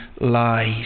lies